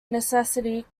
necessity